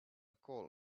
call